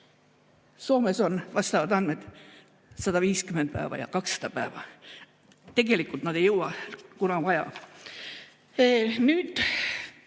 Soomes on vastavad andmed 150 päeva ja 200 päeva. Tegelikult nad ei jõua, kunas on vaja.